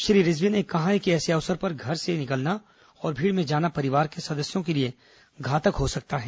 श्री रिजवी ने कहा है कि ऐसे अवसर पर घर से निकलना और भीड़ में जाना परिवार के सदस्यों के लिए घातक हो सकता है